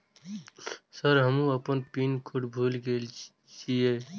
Sir हमू अपना pin code भूल गेल जीये?